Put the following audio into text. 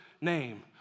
name